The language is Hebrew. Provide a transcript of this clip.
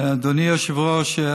אדוני היושב-ראש,